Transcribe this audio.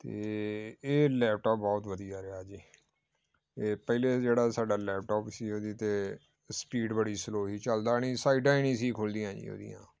ਅਤੇ ਇਹ ਲੈਪਟੋਪ ਬਹੁਤ ਵਧੀਆ ਰਿਹਾ ਜੀ ਇਹ ਪਹਿਲੇ ਜਿਹੜਾ ਸਾਡਾ ਲੈਪਟੋਪ ਸੀ ਉਹਦੀ ਤਾਂ ਸਪੀਡ ਬੜੀ ਸਲੋਅ ਸੀ ਚਲਦਾ ਨਹੀਂ ਸਾਈਟਾਂ ਨਹੀਂ ਸੀ ਖੁੱਲ੍ਹਦੀਆਂ ਜੀ ਉਹਦੀਆਂ